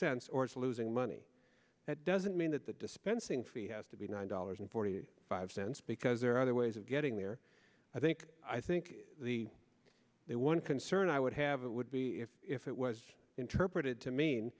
cents or it's losing money that doesn't mean that the dispensing fee has to be nine dollars and forty five cents because there are other ways of getting there i think i think the one concern i would have it would be if if it was interpreted to me